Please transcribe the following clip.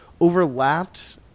overlapped